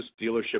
dealership